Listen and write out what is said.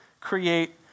create